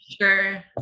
sure